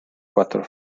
quattro